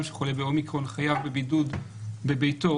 שחולה באומיקרון חייב בבידוד בביתו,